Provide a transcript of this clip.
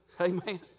Amen